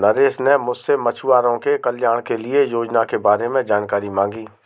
नरेश ने मुझसे मछुआरों के कल्याण के लिए योजना के बारे में जानकारी मांगी